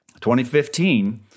2015